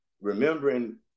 Remembering